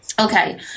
Okay